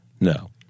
No